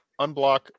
unblock